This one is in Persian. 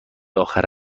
آخر